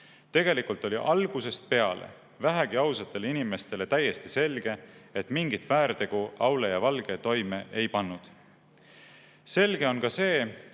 Tegelikult oli algusest peale vähegi ausatele inimestele täiesti selge, et mingit väärtegu Aule ja Valge toime ei pannud. Selge on ka see,